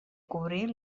cobrir